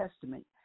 Testament